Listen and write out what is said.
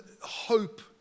hope